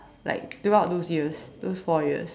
like throughout those years those four years